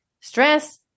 stress